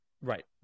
Right